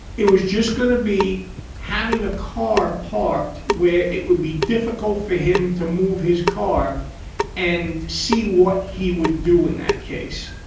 it was just going to be having a car parked where it would be difficult for him to move his car and see what he would do in that case